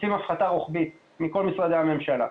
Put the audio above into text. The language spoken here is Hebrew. עושים הפחתה רוחבית מכל משרדי הממשלה,